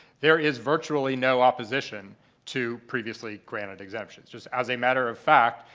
there is virtually no opposition to previously granted exemptions. just as a matter of fact,